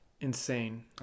insane